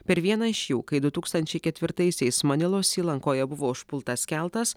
per vieną iš jų kai du tūkstančiai ketvirtaisiais manilos įlankoje buvo užpultas keltas